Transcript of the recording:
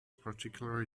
particularly